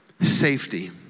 safety